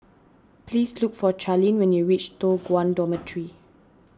please look for Charline when you reach Toh Guan Dormitory